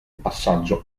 passaggio